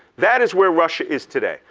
that is where russia is today.